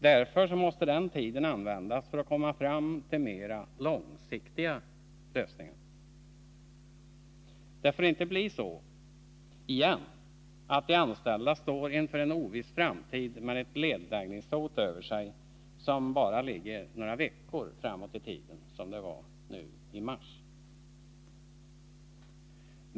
Därför måste den tiden användas för att komma fram till mera långsiktiga lösningar. Det får inte bli så igen att de anställda står inför en oviss framtid med ett nedläggningshot över sig som bara ligger några veckor framåt i tiden, som det var nu i mars.